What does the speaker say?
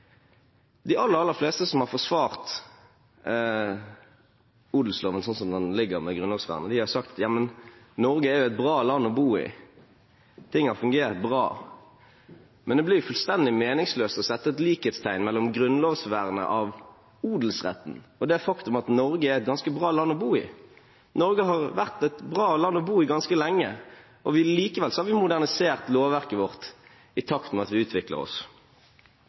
De aller, aller fleste som har forsvart odelsloven slik den ligger med grunnlovsvernet, har sagt at ja, men Norge er jo et bra land å bo i, ting har fungert bra. Men det blir fullstendig meningsløst å sette likhetstegn mellom grunnlovsvernet av odelsretten og det faktum at Norge er et ganske bra land å bo i. Norge har vært et bra land å bo i ganske lenge, og likevel har vi modernisert lovverket vårt i takt med at vi utvikler oss.